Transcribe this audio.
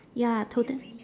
ya tota~